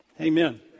Amen